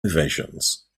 ovations